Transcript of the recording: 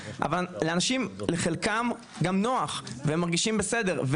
אבל לחלק מהאנשים גם נוח והם מרגישים בסדר,